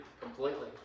completely